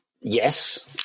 Yes